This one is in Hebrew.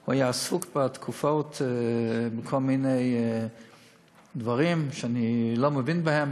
הוא היה עסוק בתקופה הזאת בכל מיני דברים שאני לא מבין בהם,